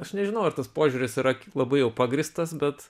aš nežinau ar tas požiūris yra labai jau pagrįstas bet